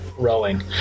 rowing